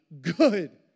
good